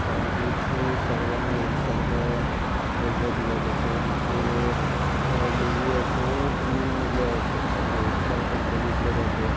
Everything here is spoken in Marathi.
कारण की इथे सर्वांना एकसारखा दर्जा दिला जातो मग ते मुली असो की मुलं असो त्यांना एकसारखंच बघितलं जाते